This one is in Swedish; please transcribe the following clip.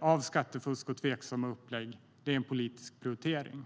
av skattefusk och tveksamma upplägg är en politisk prioritering.